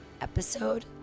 episode